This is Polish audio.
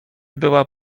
była